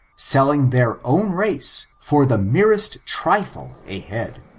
selling their own race for the merest trifle a head